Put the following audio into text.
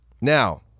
now